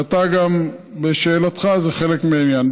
ואתה, גם שאלתך זה חלק מהעניין.